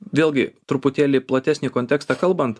vėlgi truputėlį platesnį kontekstą kalbant